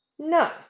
No